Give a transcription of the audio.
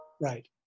right